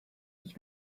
ich